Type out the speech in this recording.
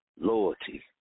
Loyalty